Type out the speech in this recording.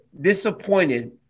disappointed